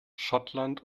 schottland